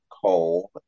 coal